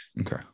Okay